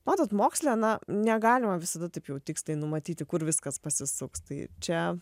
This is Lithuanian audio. matot moksle na negalima visada taip jau tiksliai numatyti kur viskas pasisuks tai čia